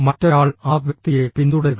മറ്റൊരാൾ ആ വ്യക്തിയെ പിന്തുടരുക